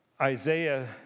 Isaiah